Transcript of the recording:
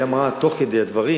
תוך כדי הדברים